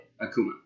Akuma